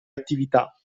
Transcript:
attività